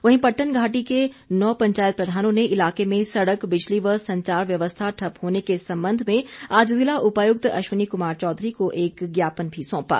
वहीं पट्टन घाटी के नौ पंचायत प्रधानों ने इलाके में सड़क बिजली व संचार व्यवस्था ठप्प होने के संबंध में आज जिला उपायुक्त अश्वनी कुमार चौधरी को एक ज्ञापन भी सौंपा